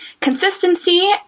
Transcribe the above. consistency